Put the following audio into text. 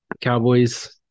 Cowboys